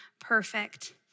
perfect